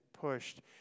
pushed